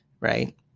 right